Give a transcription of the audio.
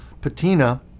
patina